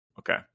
Okay